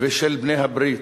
ושל בעלי-הברית,